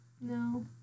No